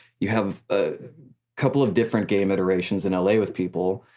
you have a couple of different game iterations in la with people,